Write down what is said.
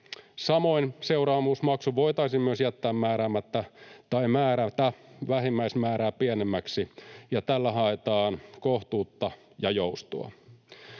Samoin seuraamusmaksu voitaisiin myös jättää määräämättä tai määrätä vähimmäismäärää pienemmäksi, ja tällä haetaan kohtuutta ja joustoa.